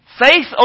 Faith